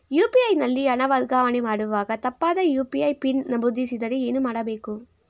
UPI ನಲ್ಲಿ ಹಣ ವರ್ಗಾವಣೆ ಮಾಡುವಾಗ ತಪ್ಪಾದ ಯು.ಪಿ.ಐ ಪಿನ್ ನಮೂದಿಸಿದರೆ ಏನು ಮಾಡಬೇಕು?